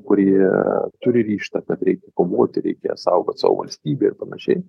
kurie turi ryžtą kad reikia kovoti reikia saugoti savo valstybę ir panašiai